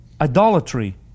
idolatry